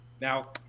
now